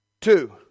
Two